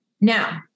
Now